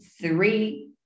three